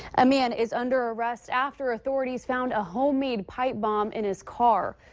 a man is under arrest. after authorities found a homemade pipe bomb in his car.